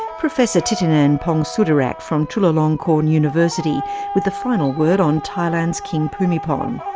professor thitinan pongsudhirak from chulalongkorn university with the final word on thailand's king bhumibol. um